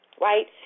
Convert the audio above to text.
right